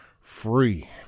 free